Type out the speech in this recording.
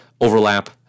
overlap